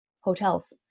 hotels